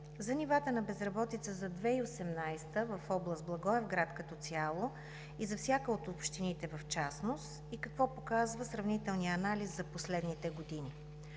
за нивата на безработица за 2018 г. в област Благоевград като цяло и за всяка от общините в частност и какво показва сравнителният анализ за последните години?